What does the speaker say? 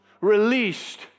released